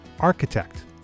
Architect